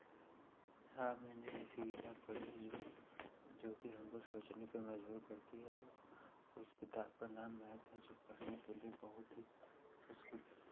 हाँ मैंने ऐसी किताब पढ़ी है जो जोकि हमको सोचने पर मज़बूर करती है कि उस किताब का नाम मैथ है जो पढ़ने के लिए बहुत ही उसमें